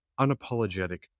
unapologetic